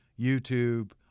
YouTube